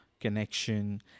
connection